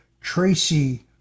Tracy